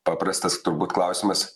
paprastas turbūt klausimas